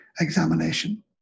examination